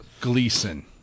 Gleason